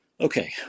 Okay